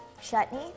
chutney